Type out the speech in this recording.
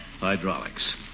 Hydraulics